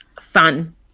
fun